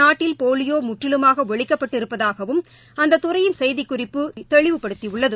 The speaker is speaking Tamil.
நாட்டில் போலியோ முற்றிலுமாக ஒழிக்கப்பட்டிருப்பதாகவும் அந்த துறையின் செய்திக்குறிப்பு தெளிவுப்படுத்தியுள்ளது